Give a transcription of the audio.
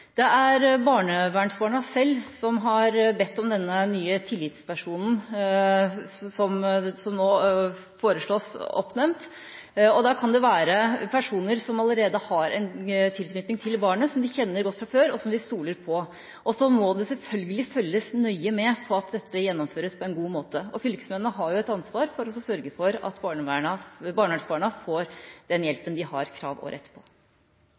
Det er barnevernsbarna selv som har bedt om denne nye tillitspersonen som nå foreslås oppnevnt. Det kan være personer som allerede har en tilknytning til barnet, en som de kjenner godt fra før, og som de stoler på. Så må det selvfølgelig følges nøye med på at dette gjennomføres på en god måte. Fylkesmennene har et ansvar for å sørge for at barnevernsbarna får den hjelpen de har krav på og rett